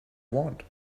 want